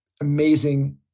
amazing